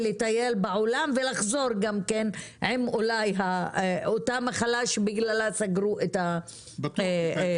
לטייל בעולם ולחזור אולי עם אותה מחלה שבגלל סגרו את השמיים.